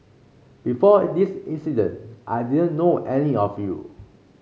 before this incident I didn't know any of you